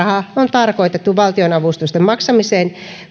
tarkoitettu valtionavustusten maksamiseen